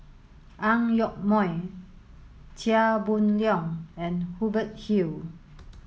Ang Yoke Mooi Chia Boon Leong and Hubert Hill